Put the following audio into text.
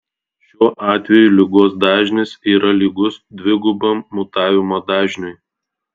šiuo atveju ligos dažnis yra lygus dvigubam mutavimo dažniui